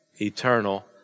eternal